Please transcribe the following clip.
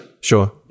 Sure